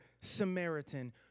Samaritan